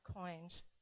coins